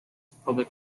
public